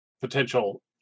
potential